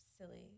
silly